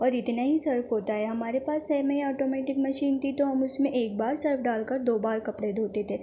اور اتنا ہی سرف ہوتا ہے ہمارے پاس سیمی آٹومیٹک مشین تھی تو ہم اس میں ایک بار سرف ڈال کر دو بار کپڑے دھوتے تھے